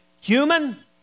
human